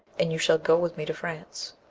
and you shall go with me to france